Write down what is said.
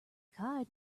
card